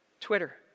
Twitter